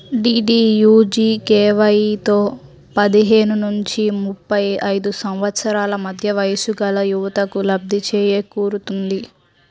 డీడీయూజీకేవైతో పదిహేను నుంచి ముప్పై ఐదు సంవత్సరాల మధ్య వయస్సుగల యువతకు లబ్ధి చేకూరుతుంది